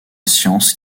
science